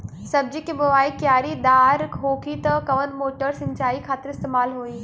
सब्जी के बोवाई क्यारी दार होखि त कवन मोटर सिंचाई खातिर इस्तेमाल होई?